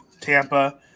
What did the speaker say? Tampa